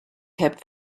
kept